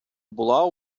була